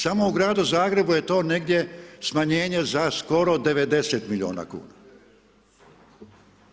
Samo u gradu Zagrebu je to negdje smanjenje za skoro 90 milijuna kuna u